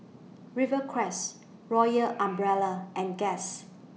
Rivercrest Royal Umbrella and Guess